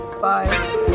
Bye